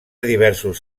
diversos